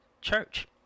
church